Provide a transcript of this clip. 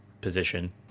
position